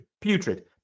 Putrid